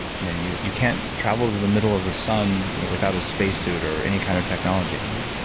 you know you you can't travel to the middle of the sun without a spacesuit or any kind of technology.